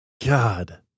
God